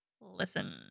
Listen